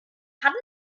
fahren